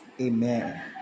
Amen